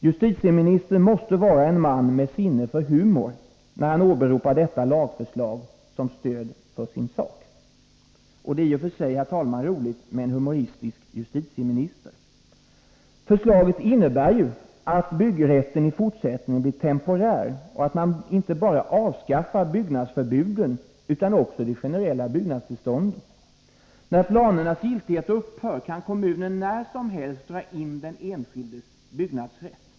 Justitieministern måste vara en man med sinne för humor när han åberopar detta lagförslag som stöd för sin sak; i och för sig är det roligt med en humoristisk justitieminister. Förslaget innebär ju att byggrätten i fortsättningen blir temporär och att man avskaffar inte bara byggnadsförbuden utan också de generella byggnadstillstånden. När planernas giltighet upphör kan kommunen när som helst dra in den enskildes byggrätt.